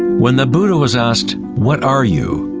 when the buddha was asked, what are you?